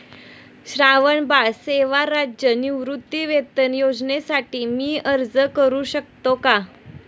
श्रावणबाळ सेवा राज्य निवृत्तीवेतन योजनेसाठी मी अर्ज करू शकतो का?